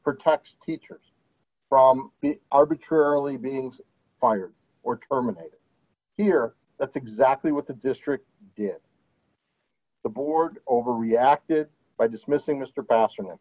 protects teachers from arbitrarily being fired or terminated here that's exactly what the district did the board over reacted by dismissing mr